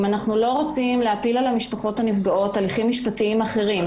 אם אנחנו לא רוצים להפיל על המשפחות הנפגעות הליכים משפטיים אחרים,